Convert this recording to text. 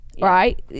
right